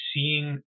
seeing